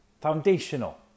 foundational